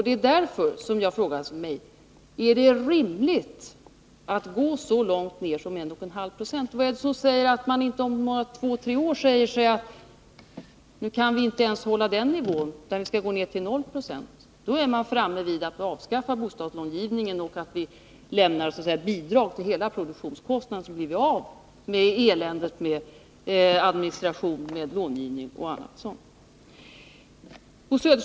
Det är därför jag frågar mig: Är det rimligt att gå så långt ned som till 1,5 76? Vad är det som säger att man inte om 2-3 år finner att man då inte ens kan hålla den nivån Nr 30 utan måste gå ned till 0 26? Och då är man framme vid att avskaffa Onsdagen den bostadslångivningen. Då får vi lämna bidrag till hela produktionskostnaden 18 november 1981 och blir på det sättet av med eländet med administration vad gäller långivning och annat som hör dit.